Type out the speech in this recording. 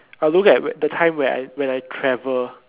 I look at the time where I when I travel